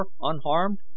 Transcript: unharmed